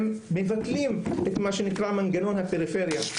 הם מבטלים את מה שנקרא מנגנון הפריפריה.